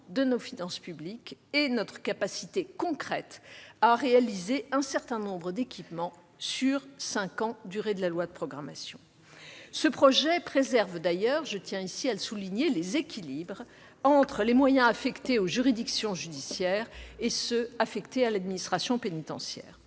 de nos finances publiques et notre capacité concrète à réaliser un certain nombre d'équipements sur cinq ans, durée de la loi de programmation. Ce texte préserve d'ailleurs- je tiens ici à le souligner -les équilibres entre les moyens affectés aux juridictions judiciaires et ceux qui sont alloués à l'administration pénitentiaire.